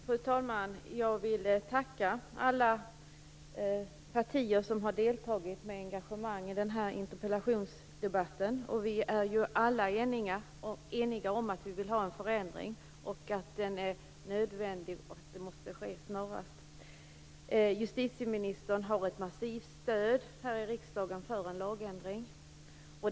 Fru talman! Jag vill tacka alla partier som har deltagit med engagemang i den här interpellationsdebatten. Vi är alla eniga om att vi vill ha en förändring, att det är nödvändigt och att det måste ske snarast. Justitieministern har ett massivt stöd här i riksdagen för en lagändring.